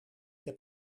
heb